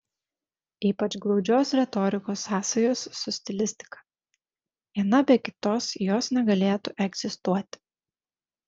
ypač glaudžios retorikos sąsajos su stilistika viena be kitos jos negalėtų egzistuoti